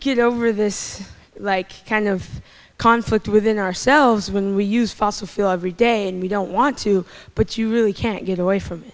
get over this like kind of conflict within ourselves when we use fossil fuel every day and we don't want to but you really can't get away from